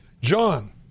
John